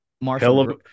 Marshall